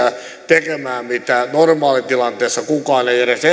tekemään mitä normaalitilanteessa kukaan ei